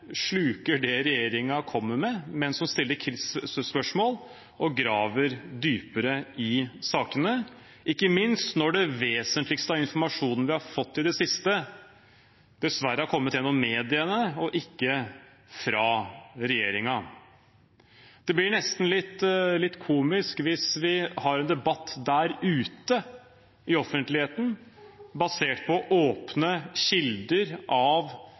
sluker det regjeringen kommer med, men som stiller kritiske spørsmål og graver dypere i sakene – ikke minst når det mest vesentlige av informasjon vi har fått i det siste, dessverre har kommet gjennom mediene og ikke fra regjeringen. Det blir nesten litt komisk hvis vi skal ha en debatt der ute, i offentligheten, basert på åpne kilder fra grupper som er trent av